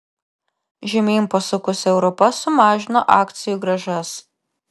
žemyn pasukusi europa sumažino akcijų grąžas